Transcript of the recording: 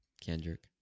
Kendrick